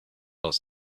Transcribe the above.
else